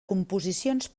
composicions